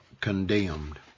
condemned